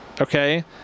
Okay